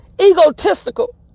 egotistical